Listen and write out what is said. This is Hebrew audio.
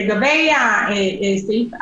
לגבי סעיף 4,